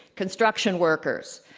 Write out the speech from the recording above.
construction workers,